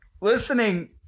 listening